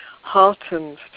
heartened